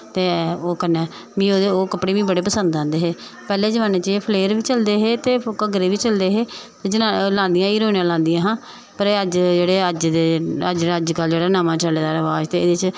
ते ओह् कन्नै मिगी ओह् कपड़े बी बड़े पसंद आंदे हे पैह्ले जमान्ने च एह् फ्लेयर बी चलदे हे ते घगरे बी चलदे हे ते जना लांदियां हां हीरोइनां लांदियां हां पर अज्जकल जेह्ड़े अज्ज दे अज्जकल जेह्ड़ा नमां चले दा रवाज ते एह्दे च